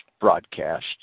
broadcast